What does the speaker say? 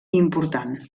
important